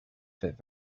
fit